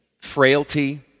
frailty